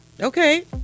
Okay